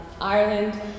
Ireland